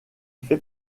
fait